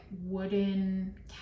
wooden